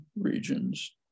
regions